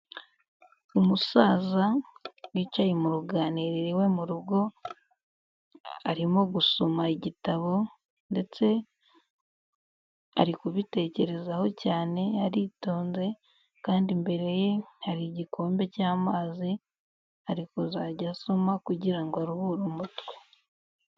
Umusaza wicaye mu ruganiriro iwe mu rugo arimo gusoma igitabo ndetse ari kubitekerezaho cyane aritonze kandi imbere ye hari igikombe cy'amazi ari kuzajya asomaho kugirango aruhure umutwe.